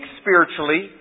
spiritually